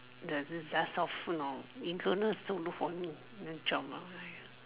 there's this look for new job lah